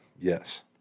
Yes